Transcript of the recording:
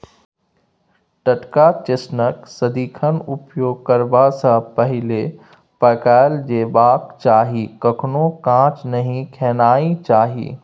टटका चेस्टनट सदिखन उपयोग करबा सँ पहिले पकाएल जेबाक चाही कखनहुँ कांच नहि खेनाइ चाही